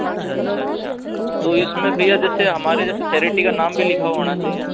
अच्छा अच्छा अच्छा तो इसमें भैया जैसे हमारे जैसे चैरिटी का नाम भी लिखा हुआ होना चाहिए